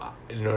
eh